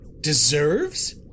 Deserves